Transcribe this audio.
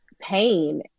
pain